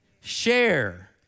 share